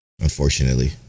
Unfortunately